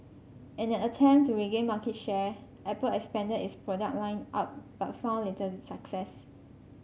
in an attempt to regain market share Apple expanded its product line up but found little success